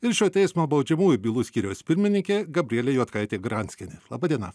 ir šio teismo baudžiamųjų bylų skyriaus pirmininkė gabrielė juodkaitė granskienė laba diena